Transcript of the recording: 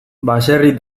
baserri